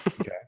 Okay